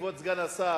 כבוד סגן השר,